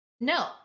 no